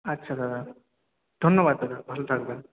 আচ্ছা দাদা ধন্যবাদ দাদা ভালো থাকবেন